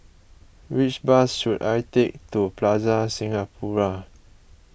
which bus should I take to Plaza Singapura